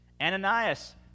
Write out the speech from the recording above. Ananias